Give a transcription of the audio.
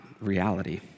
reality